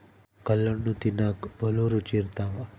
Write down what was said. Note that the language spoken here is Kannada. ಕಲ್ಲಣ್ಣು ತಿನ್ನಕ ಬಲೂ ರುಚಿ ಇರ್ತವ